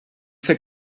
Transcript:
fer